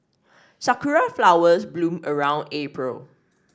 sakura flowers bloom around April